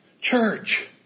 Church